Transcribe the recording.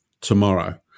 tomorrow